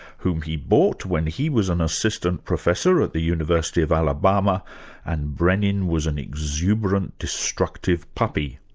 whom he bought when he was an assistant professor at the university of alabama and brenin was an exuberant, destructive puppy.